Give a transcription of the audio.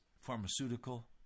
pharmaceutical